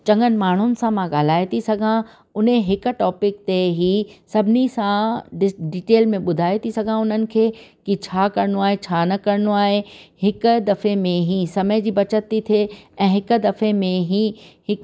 चङनि माण्हुनि सां मां ॻाल्हाए थी सघां हुन हिकु टॉपिक ते ही सभिनी सां डिसो डिटेल में ॿुधाए थी सघां उन्हनि खे की छा करिणो आहे छा न करिणो आहे हिकु दफ़े में ई समय जी बचति थी थिए ऐं हिकु दफ़े में ही हिकु